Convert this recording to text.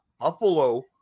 Buffalo